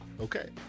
Okay